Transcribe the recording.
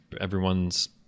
everyone's